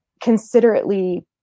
considerately